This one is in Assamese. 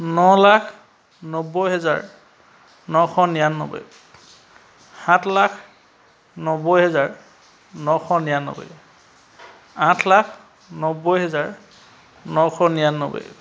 ন লাখ নব্বৈ হেজাৰ নশ নিৰান্নব্বৈ সাত লাখ নব্বৈ হেজাৰ নশ নিৰান্নব্বৈ আঠ লাখ নব্বৈ হেজাৰ নশ নিৰান্নব্বৈ